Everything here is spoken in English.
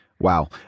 Wow